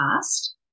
past